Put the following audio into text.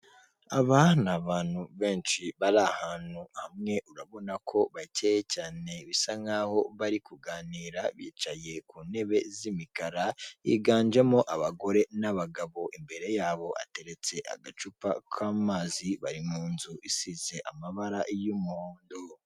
Aba ni abantu benshi bari ahantu hamwe urabona ko bakeye cyane bisa nkaho bari kuganira bicaye ku ntebe z'umikara yiganjemo abagore n'abagabo, imbere yabo hateretse agacupa k'amazi bari mu nzu isize amabara y'umuhondo.